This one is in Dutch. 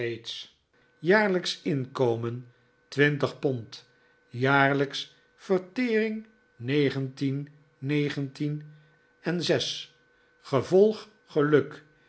jaarlijksch inkom en twintig pond jaarlijksche vertering negentien negentien en zes gevolg geluk